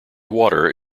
water